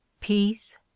peace